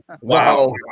Wow